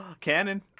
Canon